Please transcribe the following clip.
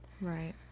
right